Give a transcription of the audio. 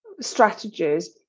strategies